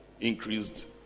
increased